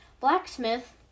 Blacksmith